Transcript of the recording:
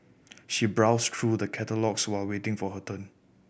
she browsed through the catalogues while waiting for her turn